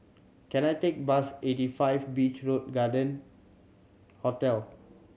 can I take bus eighty five Beach Road Garden Hotel